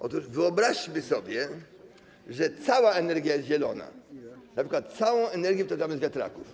Otóż wyobraźmy sobie, że cała energia jest zielona, np. całą energię mamy z wiatraków.